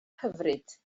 hyfryd